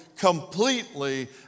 Completely